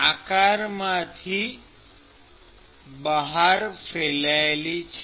આધારમાંથી બહાર ફેલાયેલી છે